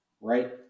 right